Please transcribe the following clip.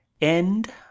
end